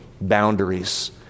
boundaries